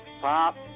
Pop